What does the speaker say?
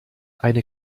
eine